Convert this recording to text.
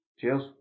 Cheers